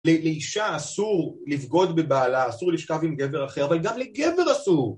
לאישה אסור לבגוד בבעלה, אסור לשכב עם גבר אחר, אבל גם לגבר אסור.